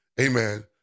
amen